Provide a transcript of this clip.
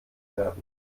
werden